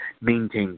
maintain